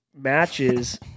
matches